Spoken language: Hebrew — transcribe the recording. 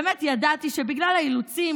באמת ידעתי שבגלל האילוצים,